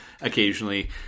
occasionally